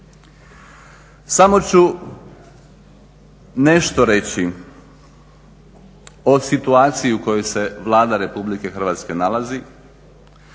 Samo ću nešto reći o situaciji u kojoj se Vlada Republike Hrvatske nalazi.